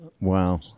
Wow